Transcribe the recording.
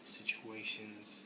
situations